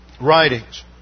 Writings